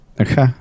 Okay